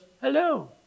hello